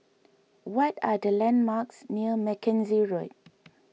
what are the landmarks near Mackenzie Road